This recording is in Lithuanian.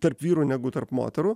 tarp vyrų negu tarp moterų